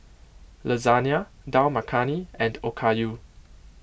Lasagna Dal Makhani and Okayu